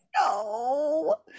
no